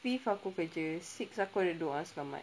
fifth aku kerja sixth aku ada doa selamat